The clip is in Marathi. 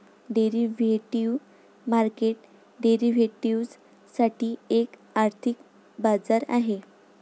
डेरिव्हेटिव्ह मार्केट डेरिव्हेटिव्ह्ज साठी एक आर्थिक बाजार आहे